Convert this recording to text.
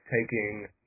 Taking